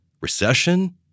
Recession